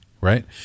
right